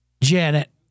Janet